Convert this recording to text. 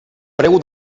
preu